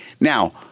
Now